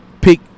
pick